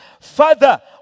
Father